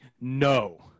No